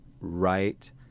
right